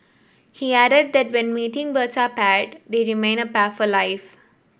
he added that when mating birds are paired they remain a pair for life